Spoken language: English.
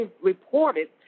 reported